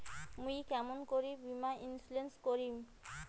মুই কেমন করি বীমা ইন্সুরেন্স করিম?